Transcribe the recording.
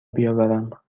بیاورم